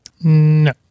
No